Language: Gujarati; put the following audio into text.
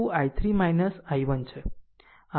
આમ 6 into I3 I1